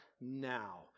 now